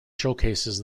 showcases